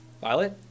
Violet